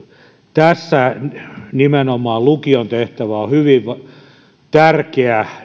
tässä nimenomaan lukion tehtävä on hyvin tärkeä